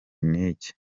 niki